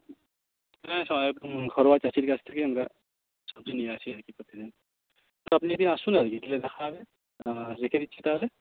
হ্যাঁ সব ঘরোয়া চাষির কাছ থেকেই নেওয়া সবজি নিয়ে আসি আর কি প্রতিদিন আপনি একদিন আসুন আর কি এলে দেখা হবে হুম রেখে দিচ্ছি তাহলে